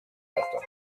hätte